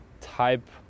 type